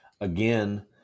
again